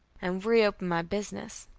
and reopened my business.